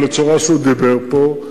על הצורה שהוא דיבר פה,